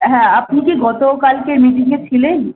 হ্যাঁ আপনি কি গত কালকের মিটিংয়ে ছিলেন